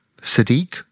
Sadiq